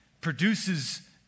produces